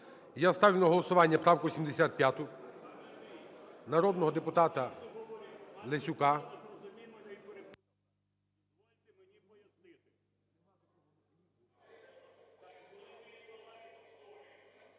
Я ставлю на голосування правку 75 народного депутата Лесюка…